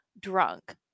drunk